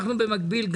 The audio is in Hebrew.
במקביל,